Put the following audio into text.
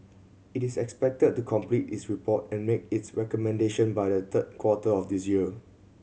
it is expected to complete its report and make its recommendation by the third quarter of this year